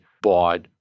bought